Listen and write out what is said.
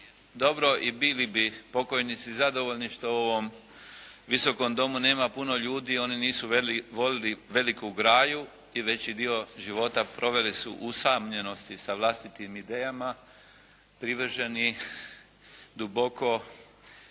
Dobro, i bili bi pokojnici zadovoljni što u ovom Visokom domu nema puno ljudi. Oni nisu voljeli veliku graju i veći dio života proveli su u usamljenosti sa vlastitim idejama privrženi duboko